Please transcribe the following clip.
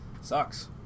Sucks